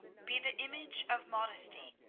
be the image of modesty.